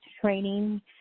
training